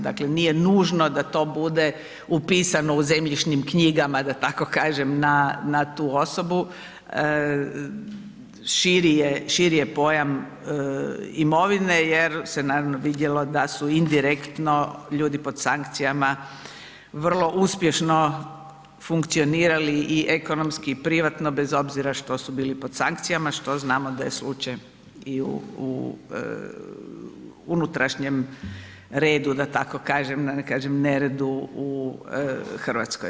Dakle nije nužno da to bude upisano u zemljišnim knjigama da tako kažem na tu osobu, širi je pojam imovine jer se naravno vidjelo da su indirektno ljudi pod sankcijama vrlo uspješno funkcionirali i ekonomski i privatno bez obzira što su bili pod sankcijama, što znamo da je slučaj i u unutrašnjem redu da tako kažem, da ne kažem neredu u Hrvatskoj.